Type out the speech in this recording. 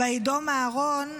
"וידם אהרן",